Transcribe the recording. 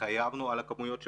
התחייבנו על כמויות ספק,